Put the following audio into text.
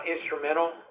instrumental